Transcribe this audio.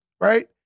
right